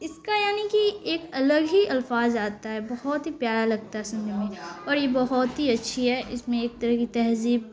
اس کا یعنی کہ ایک الگ ہی الفاظ آتا ہے بہت ہی پیارا لگتا ہے سننے میں اور یہ بہت ہی اچھی ہے اس میں ایک طرح کی تہذیب